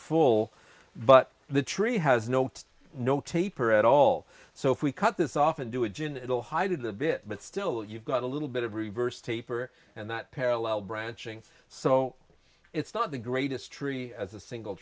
full but the tree has no no taper at all so if we cut this off and do it it will hide a bit but still you've got a little bit of reverse taper and that parallel branching so it's not the greatest tree as a single